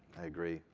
i agree,